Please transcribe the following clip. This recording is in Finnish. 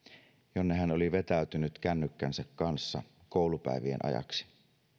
jonne hän oli vetäytynyt kännykkänsä kanssa koulupäivien ajaksi